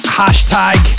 hashtag